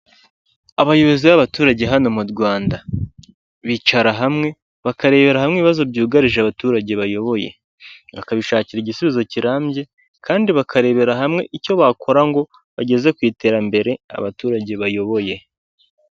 Abayobozi b'abaturage hano mu rwanda bicara hamwe bakarebera hamwe ibibazo byugarije abaturage bayoboye bakabishakira igisubizo kirambye kandi bakarebera hamwe icyo bakora ngo bageze ku iterambere abaturage bayoboye.